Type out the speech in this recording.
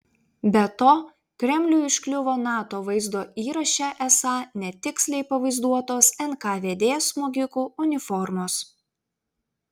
be to kremliui užkliuvo nato vaizdo įraše esą netiksliai pavaizduotos nkvd smogikų uniformos